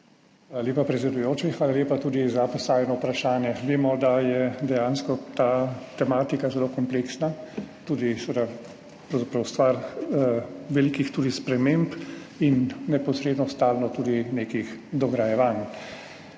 lepa, predsedujoči. Hvala lepa tudi za postavljeno vprašanje. Vemo, da je dejansko ta tematika zelo kompleksna, tudi seveda pravzaprav stvar velikih sprememb in neposredno stalno tudi nekih dograjevanj.